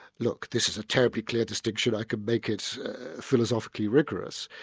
look, this is a terribly clear distinction, i can make it philosophically rigorous.